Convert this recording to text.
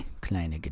kleine